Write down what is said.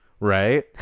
Right